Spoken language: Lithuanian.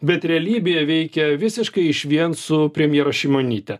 bet realybėje veikia visiškai išvien su premjere šimonyte